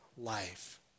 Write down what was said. life